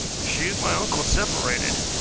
she and my uncle separated.